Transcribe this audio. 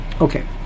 Okay